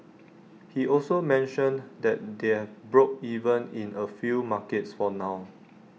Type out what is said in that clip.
he also mentioned that they've broke even in A few markets for now